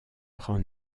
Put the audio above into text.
prend